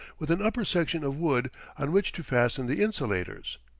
with an upper section of wood on which to fasten the insulators.